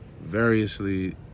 variously